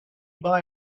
buy